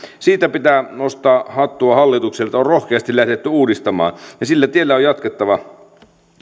siitä pitää nostaa hattua hallitukselle että on rohkeasti lähdetty uudistamaan ja sillä tiellä on jatkettava